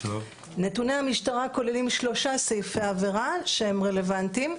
נתוני המשטרה כוללים שלושה סעיפי עבירה שהם רלוונטיים,